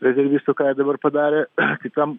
rezervistų ką jie dabar padarė kitam